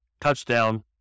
touchdown